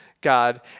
God